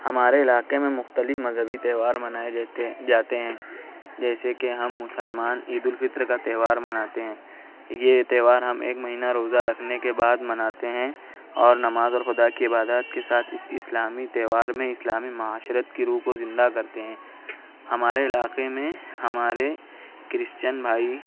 ہمارے علاقے میں مختلف مذہبی تہوار منائے جاتے ہیں جیسے کہ ہم مسلمان عیدالفطر کا تہوار مناتے ہیں یہ تہوار ہم ایک مہینہ روزہ رکھنے کے بعد مناتے ہیں اور نماز اور خدا کی عبادات کے ساتھ اس اسلامی تہوار میں اسلامی معاشرت کی روح کو زندہ کرتے ہیں ہمارے علاقے میں ہمارے کرسچین بھائی